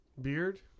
Beard